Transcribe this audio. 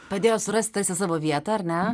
padėjo surast tarsi savo vietą ar ne